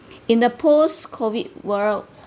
in the post COVID world